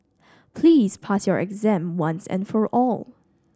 please pass your exam once and for all